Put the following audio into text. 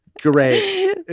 Great